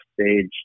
stage